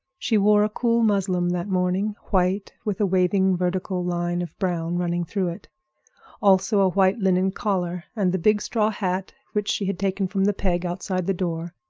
she wore a cool muslin that morning white, with a waving vertical line of brown running through it also a white linen collar and the big straw hat which she had taken from the peg outside the door.